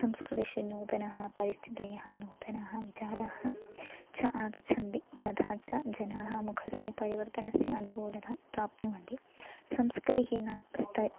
संस्कृतिषु नूतनः परिस्थितयः नूतनः विचाराः च आगच्छन्ति तथा च जनाः मुखस्य परिवर्तनस्य अनुकूलता प्राप्नुवन्ति संस्कृतिः न स्त